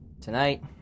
Tonight